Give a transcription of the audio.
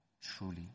truly